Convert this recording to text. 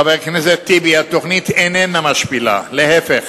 חבר הכנסת טיבי, התוכנית איננה משפילה, להיפך.